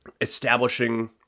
establishing